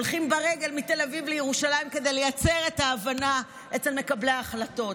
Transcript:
הולכים ברגל מתל אביב לירושלים כדי לייצר את ההבנה אצל מקבלי ההחלטות.